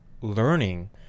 learning